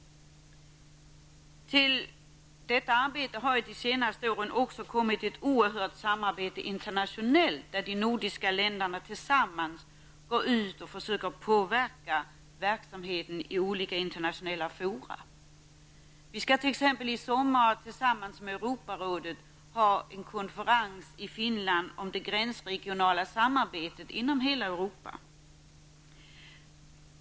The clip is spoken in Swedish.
Till detta arbete har under de senaste åren även kommit ett stort internationellt samarbete där de nordiska länderna tillsammans går ut och försöker påverka verksamheten i olika internationella fora. I sommar skall vi t.ex. tillsammans med Europarådet ha en konferens i Finland om det gränsregionala samarbetet inom hela Europa.